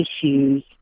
issues